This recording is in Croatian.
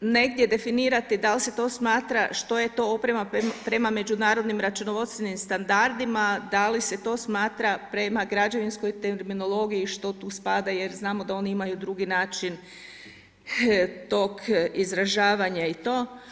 negdje definirati da li se to smatra što je to oprema prema međunarodnim računovodstvenim standardima da li se to smatra prema građevinskoj terminologiji što tu spada jer znamo da oni imaju drugi način tog izražavanja i to.